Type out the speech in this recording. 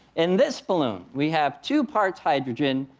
in this balloon we have two parts hydrogen,